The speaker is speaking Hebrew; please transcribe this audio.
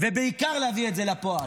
ובעיקר להביא את זה לפועל,